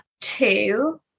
two